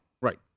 Right